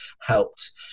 helped